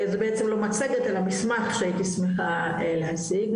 זה בעצם לא מצגת, אלא מסמך שהייתי שמחה להציג.